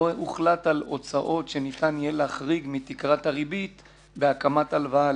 הוחלט על הוצאות שניתן יהיה להחריג מתקרת הריבית בהקמת הלוואה.